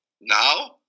now